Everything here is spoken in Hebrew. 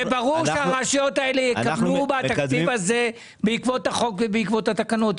ברור שהרשויות האלה יקבלו בתקציב הזה בעקבות החוק ובעקבות התקנות.